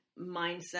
mindset